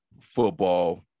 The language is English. football